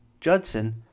Judson